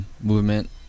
Movement